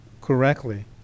correctly